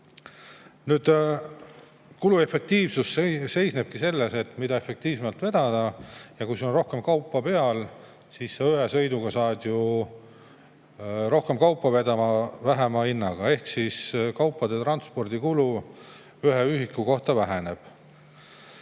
Kuluefektiivsus seisnebki selles, mida efektiivsemalt vedada: kui sul on rohkem kaupa peal, siis saab ühe sõiduga vedada ju rohkem kaupa väiksema hinnaga. Ehk siis kaupade transpordi kulu ühe ühiku kohta väheneb.